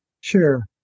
Sure